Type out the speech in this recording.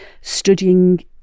studying